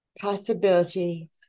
possibility